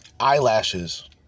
eyelashes